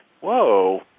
Whoa